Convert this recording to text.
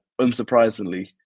unsurprisingly